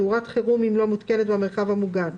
תאורת חירום אם לא מותקנת במרחב המוגן,